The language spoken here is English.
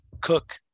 cook